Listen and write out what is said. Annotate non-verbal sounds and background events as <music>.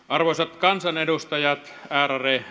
<unintelligible> arvoisat kansanedustajat ärade